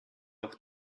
auch